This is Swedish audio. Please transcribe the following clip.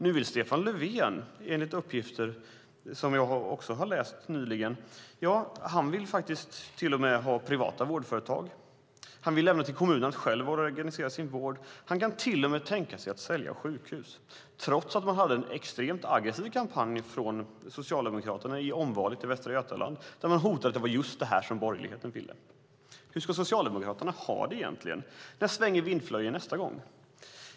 Nu vill Stefan Löfven enligt uppgifter som jag läst nyligen till och med ha privata vårdföretag. Han vill överlåta åt kommunerna att själva organisera sin vård. Han kan till och med tänka sig att sälja sjukhus, trots att man hade en extremt aggressiv kampanj från Socialdemokraterna inför omvalet i Västra Götaland där man hotade med att det var just detta som borgerligheten ville. Hur ska Socialdemokraterna ha det egentligen? När svänger vindflöjeln nästa gång?